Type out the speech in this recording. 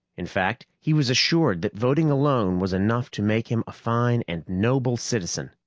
in fact, he was assured that voting alone was enough to make him a fine and noble citizen.